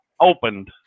opened